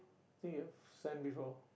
think I've send before